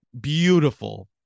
beautiful